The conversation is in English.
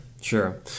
sure